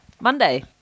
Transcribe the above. Monday